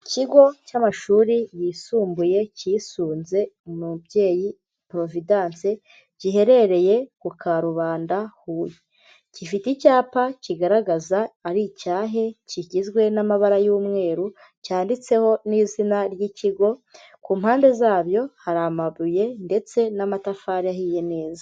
Ikigo cy'amashuri yisumbuye kisunze umubyeyi Providence giherereye ku Karubanda, Huye, gifite icyapa kigaragaza ari icyahe kigizwe n'amabara y'umweru cyanditseho n'izina ry'ikigo, ku mpande zabyo hari amabuye ndetse n'amatafari ahiye neza.